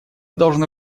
должны